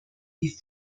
wie